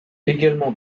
également